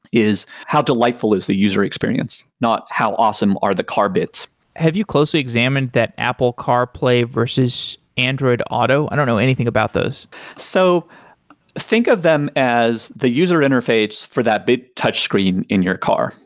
is how delightful is the user experience? not how awesome are the car bits have you closely examined that apple carplay versus android auto, auto, i don't know anything about those so think of them as the user interface for that big touchscreen in your car.